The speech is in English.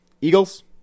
Eagles